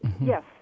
Yes